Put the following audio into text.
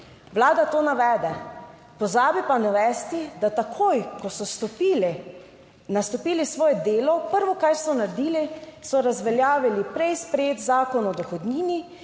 Vlada to navede. Pozabi pa navesti, da takoj, ko so nastopili svoje delo, prvo, kar so naredili so razveljavili prej sprejet zakon o dohodnini,